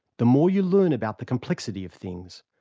the more you learn about the complexity of things,